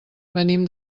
venim